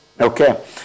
Okay